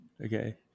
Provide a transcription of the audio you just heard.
Okay